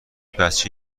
بچه